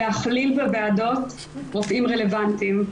להכליל בוועדות רופאים רלוונטיים.